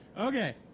Okay